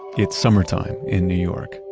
it's summertime in new york.